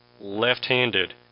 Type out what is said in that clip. left-handed